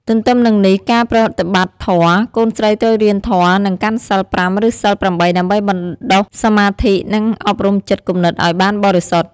ទទ្ទឹមនឹងនេះ ការប្រតិបត្តិធម៌ កូនស្រីត្រូវរៀនធម៌ និងកាន់សីល ៥ ឬសីល ៨ ដើម្បីបណ្តុះសមាធិ និងអប់រំចិត្តគំនិតឱ្យបានបរិសុទ្ធ។